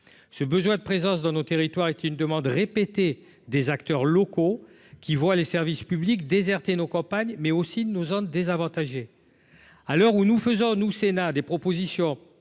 ce besoin de présence dans nos territoires est une demande répétée des acteurs locaux, qui voient les services publics déserter nos campagnes, mais aussi de nos hein désavantagé, à l'heure où nous faisons-nous Sénat des propositions